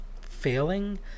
failing